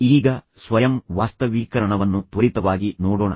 ಈಗ ಸ್ವಯಂ ವಾಸ್ತವೀಕರಣವನ್ನು ತ್ವರಿತವಾಗಿ ನೋಡೋಣ